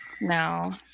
no